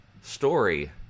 story